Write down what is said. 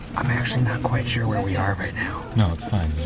i'm actually not quite sure where we are right now. no, it's fine,